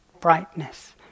brightness